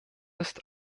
ist